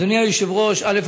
אדוני היושב-ראש, א.